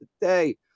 today